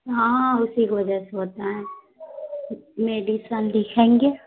ہاں اسی کی وجہ سے ہوتا ہے میڈیسن لکھیں گے